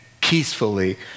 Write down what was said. peacefully